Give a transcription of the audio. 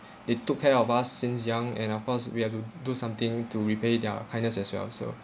they took care of us since young and of course we have to do something to repay their kindness as well so